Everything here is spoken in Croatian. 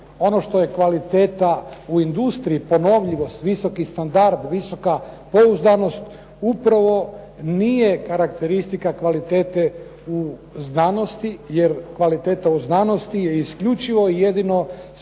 Ono što je kvaliteta u industriji, ponovljivost, visoki standard, visoka pouzdanost upravo nije karakteristika kvalitete u znanosti. Jer kvaliteta u znanosti je isključivo i jedino sposobnost